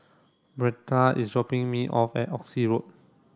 Brianda is dropping me off at Oxley Road